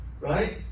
right